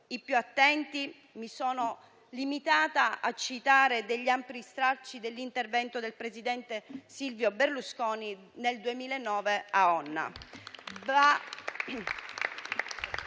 i più attenti, mi sono limitata a citare ampi stralci dell'intervento del presidente Silvio Berlusconi nel 2009 a Onna.